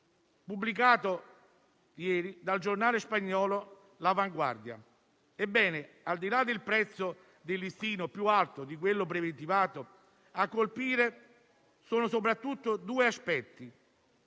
pubblicato ieri dal giornale spagnolo «La Vanguardia». Al di là del prezzo di listino più alto di quello preventivato, a colpire sono soprattutto due aspetti.